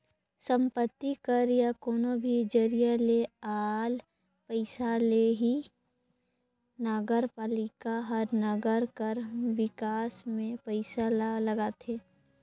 संपत्ति कर या कोनो भी जरिए ले आल पइसा ले ही नगरपालिका हर नंगर कर बिकास में पइसा ल लगाथे